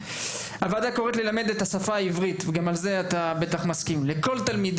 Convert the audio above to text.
הוועדה קוראת ללמד את השפה העברית בכלל מוסדות הלימוד